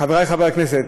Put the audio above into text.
חברי חברי הכנסת,